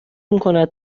میکند